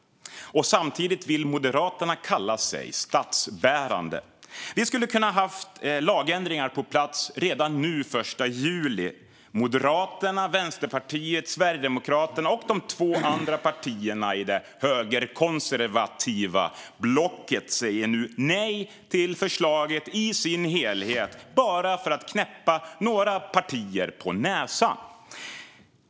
Och samtidigt vill Moderaterna kalla sig statsbärande. Vi skulle kunna ha haft lagändringar på plats redan den 1 juli. Moderaterna, Vänsterpartiet, Sverigedemokraterna och de två andra partierna i det högerkonservativa blocket säger nu nej till förslaget i dess helhet bara för att knäppa några partier på näsan.